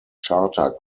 charter